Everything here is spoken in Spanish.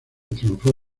triunfó